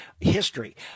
history